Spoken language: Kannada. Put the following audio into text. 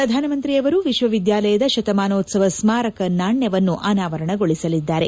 ಪ್ರಧಾನ ಮಂತ್ರಿ ಅವರು ವಿಶ್ವವಿದ್ಯಾಲಯದ ಶತಮಾನೋತ್ಸವ ಸ್ನಾರಕ ನಾಣ್ಲವನ್ನು ಅನಾವರಣಗೊಳಸಲಿದ್ದಾರೆ